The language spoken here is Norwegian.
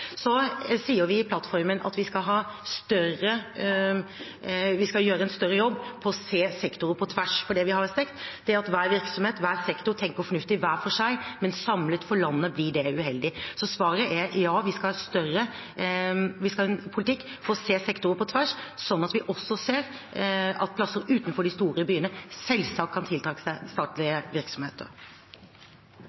Så sier vi i plattformen at vi skal gjøre en større jobb med å se sektorer på tvers, for det vi har sett, er at hver virksomhet og hver sektor tenker fornuftig hver for seg, men samlet for landet blir det uheldig. Så svaret er: Ja, vi skal ha en politikk for å se sektorer på tvers, slik at vi også ser at plasser utenfor de store byene selvsagt kan tiltrekke seg statlige